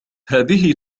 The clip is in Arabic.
هذه